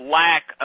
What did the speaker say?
lack